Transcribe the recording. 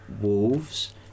Wolves